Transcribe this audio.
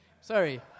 Sorry